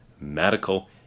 medical